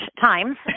times